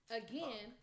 again